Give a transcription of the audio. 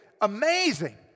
amazing